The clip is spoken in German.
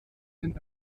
den